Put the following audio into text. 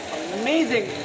amazing